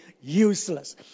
useless